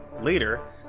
Later